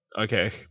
okay